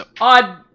odd